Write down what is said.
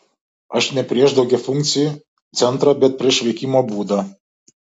aš ne prieš daugiafunkcį centrą bet prieš veikimo būdą